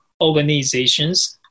organizations